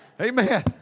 Amen